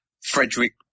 Frederick